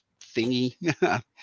thingy